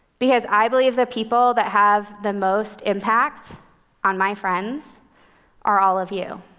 because i believe the people that have the most impact on my friends are all of you.